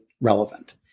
relevant